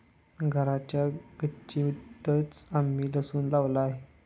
घराच्या गच्चीतंच आम्ही लसूण लावला आहे